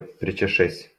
причешись